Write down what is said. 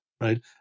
right